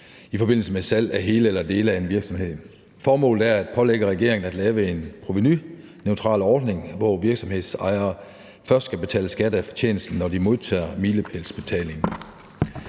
i forbindelse med salg af hele eller dele af virksomheden. Formålet er at pålægge regeringen at lave en provenuneutral ordning, hvor virksomhedsejere først skal betale skat af fortjenesten, når de modtager milepælsbetalingen.